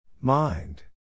Mind